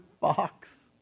box